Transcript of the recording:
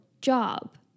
job